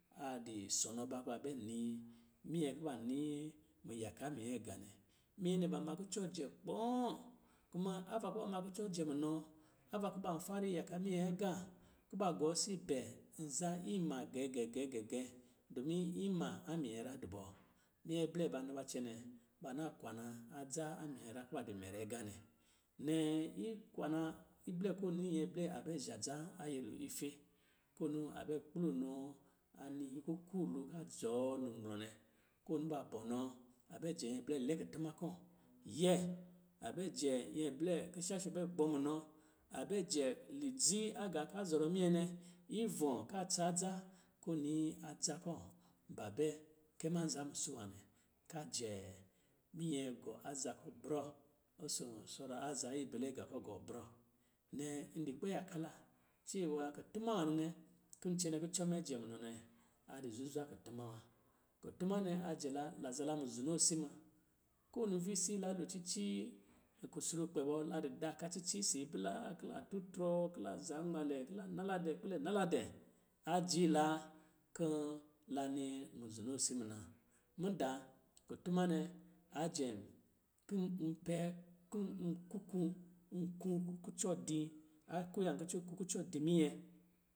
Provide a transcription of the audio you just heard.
A di sonɔɔ ba kuba ba nii minyɛ kuba nii miyaka minyɛɛga nɛ. Minyɛ nɛ ba ma kucɔ jɛ kpɔ̄ɔ̄, kuma ava kɔ̄ ba ma kucɔ jɛ munɔ, ava kuban fara iyaka minyɛ agā, kuba gɔɔsi bɛ nza ima gɛ gɛ gɛ gɛ dɔmin ima a minyɛra du bɔ, minyɛ blɛ ba na ba cɛnɛ kuba na kwana adza a minyɛra kuba di mɛrɛ agā nɛ. Nnɛ, ikwana, iblɛ ko ni nyɛ blɛ a bɛ zhā dza a nyɛlo ife konu a bɛ kplɔ nɔ anihi kuku lo ka jɔɔ nimlɔ nɛ, ko ɔ ni ba bɔnɔɔ, a bɛ jɛ nyɛ blɛ lɛ kutuma kɔ̄ yɛɛ, a bɛ jɛ nyɛ blɛ kishasho bɛ gbɔ̄ munɔ, a bɛ jɛ lidzi agā ka zɔrɔ minyɛ nɛ, ivɔ̄ ka a tsa adza, ko ni adza kɔ̄ ba bɛ kɛ ma nza musu nwanɛ, ka jɛ minyɛ gɔ aza kɔ̄ brɔ ɔsɔ̄ sɔra aza ibɛlelgan kɔ̄ gɔ brɔ. Nnɛ, n di kpɛ yaka la cɛwa kutuma nwanɛ nɛ, kin cɛnɛ kucɔ mɛ jɛ munɔ nɛ, adi zuzwa kutuma. Kutuma nɛ ajɛ la, la zala muzonoosi ma. Ko wini visii la lo cici kusrukpɛ bɔ, la di daka cici isi abli la, kila tutrɔ, kila zanmalɛ, ki la nala dɛ kpɛlɛ nala dɛ, ajii la kɔ̄ la ni muzonoosi. Mudaa, kutuma nɛ a jɛm kim n pɛ kɔ̄ n kuku, n ku kucɔ di, a kuya kucɔ iku kucɔ di minyɛ.